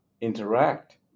interact